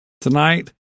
tonight